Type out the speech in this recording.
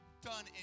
done